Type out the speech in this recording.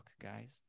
guys